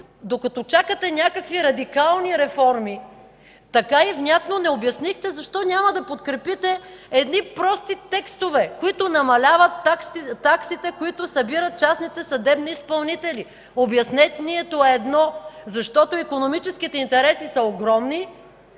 докато чакате някакви радикални реформи, така и внятно не обяснихте защо няма да подкрепите едни прости текстове, които намаляват таксите, които събират частните съдебни изпълнители. Обяснението е едно – защото икономическите интереси са огромни